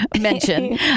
mention